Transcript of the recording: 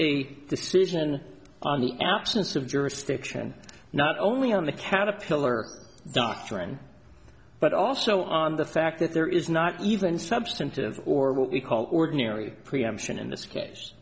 y decision on the absence of jurisdiction not only on the caterpillar doctrine but also on the fact that there is not even substantive or what we call ordinary preemption in this